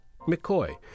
McCoy